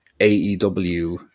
AEW